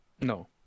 No